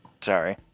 sorry